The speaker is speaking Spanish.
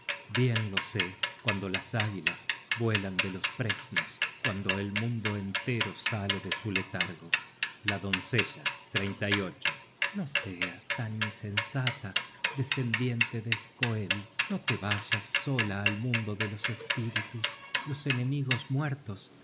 bien lo sé cuando las águilas vuelan de los fresnos cuando el mundo entero sale de su letargo habia vuelto la noche siguiente con su doncella á la colina sepulcral content from google book search generated at la doncella no seas tan insensata descendiente de skoeld que te vayas sola al mundo de los espíritus los enemigos muertos